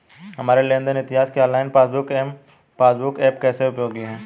हमारे लेन देन इतिहास के online passbook M passbook app कैसे उपयोगी है?